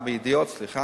ב"ידיעות", סליחה,